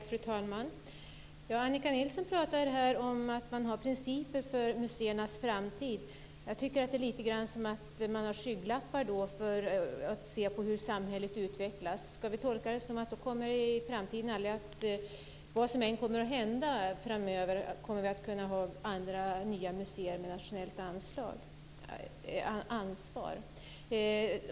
Fru talman! Annika Nilsson pratar här om att man har principer för museernas framtid. Jag tycker att det är lite grann som att man har skygglappar för ögonen när man ser på hur samhället utvecklas. Ska vi tolka det som att vi aldrig, vad som än kommer att hända framöver, kommer att kunna ha andra nya museer med nationellt ansvar?